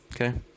Okay